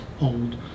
old